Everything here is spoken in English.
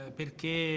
perché